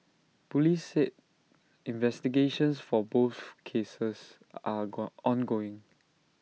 Police said investigations for both cases are go ongoing